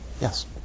Yes